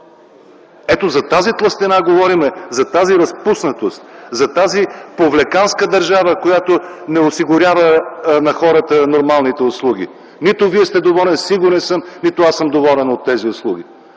За тази тлъстина говорим, за тази разпуснатост, за тази повлеканска държава, която не осигурява на хората нормалните услуги. Сигурен съм, че нито Вие сте доволен, нито аз съм доволен от тези услуги.